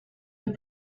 the